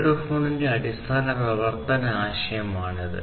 മൈക്രോഫോണിന്റെ അടിസ്ഥാന പ്രവർത്തന ആശയമാണിത്